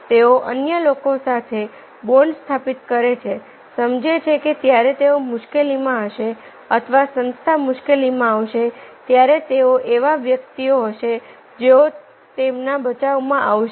તેઓ અન્ય લોકો સાથે બોન્ડ સ્થાપિત કરે છે સમજે છે કે જ્યારે તેઓ મુશ્કેલીમાં હશે અથવા સંસ્થા મુશ્કેલીમાં આવશે ત્યારે તેઓ એવા વ્યક્તિઓ હશે જેઓ તેમના બચાવમાં આવશે